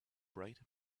bright